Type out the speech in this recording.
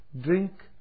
drink